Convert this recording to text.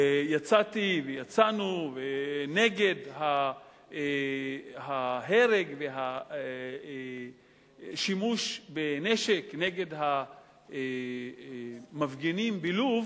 יצאתי ויצאנו נגד ההרג והשימוש בנשק נגד המפגינים בלוב,